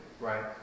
right